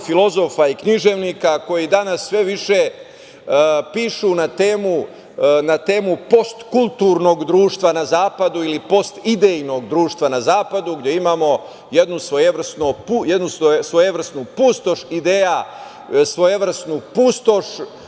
filozofa i književnika, koji danas sve više pišu na temu postkulturnog društva na zapadu ili postidejnog društva na zapadu, gde imamo jednu svojevrsnu pustoš ideja, svojevrsnu pustoš